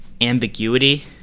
ambiguity